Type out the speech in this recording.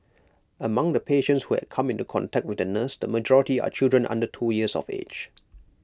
among the patients who had come into contact with the nurse the majority are children under two years of age